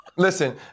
Listen